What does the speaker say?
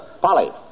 Polly